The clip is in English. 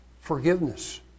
forgiveness